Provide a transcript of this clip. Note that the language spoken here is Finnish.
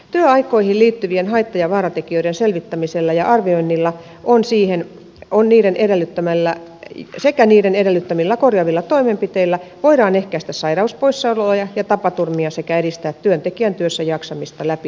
työaikoihin liittyvien haitta ja vaaratekijöiden selvittämisellä ja arvioinnilla on siihen on niiden edellyttämällä sekä niiden edellyttämillä korjaavilla toimenpiteillä voidaan ehkäistä sairauspoissaoloja ja tapaturmia sekä edistää työntekijän työssäjaksamista läpi työuran